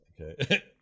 Okay